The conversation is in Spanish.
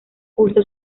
cursó